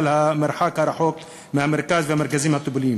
המרחק הרב מהמרכז ומהמרכזים הטיפוליים.